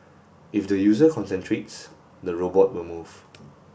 if the user concentrates the robot will move